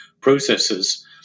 processes